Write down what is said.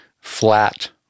flat